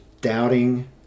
doubting